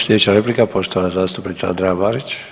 Slijedeća replika poštovana zastupnica Andreja Marić.